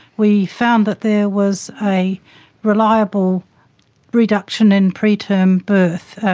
we found that there was a reliable reduction in preterm birth.